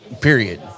period